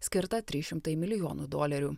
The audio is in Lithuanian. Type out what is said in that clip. skirta trys šimtai milijonų dolerių